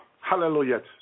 Hallelujah